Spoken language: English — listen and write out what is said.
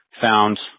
found